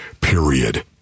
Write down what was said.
period